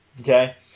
okay